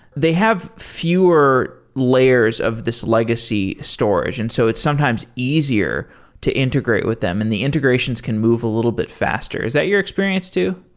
they have fewer layers of this legacy storage. and so it's sometimes easier to integrate with them, and the integrations can move a little bit faster. is that your experience too?